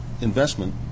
investment